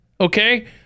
okay